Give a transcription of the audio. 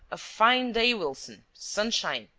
a fine day, wilson. sunshine.